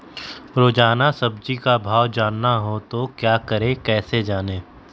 रोजाना सब्जी का भाव जानना हो तो क्या करें कैसे जाने?